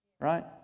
Right